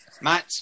Matt